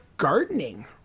gardening